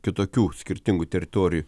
kitokių skirtingų teritorijų